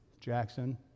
Jackson